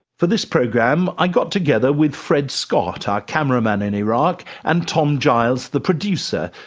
for this program, i got together with fred scott, our cameraman in iraq, and tom giles, the producer,